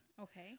Okay